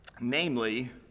namely